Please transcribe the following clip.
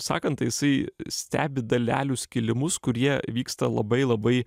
sakant tai jisai stebi dalelių skilimus kurie vyksta labai labai